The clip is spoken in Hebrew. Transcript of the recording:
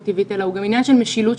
זה ואת צריכה בכל פעם שאת הולכת למס הכנסה,